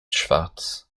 schwarz